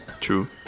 True